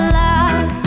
love